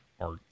Art